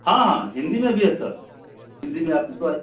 हाँ हाँ हिंदी में भी है सर हिंदी में आपको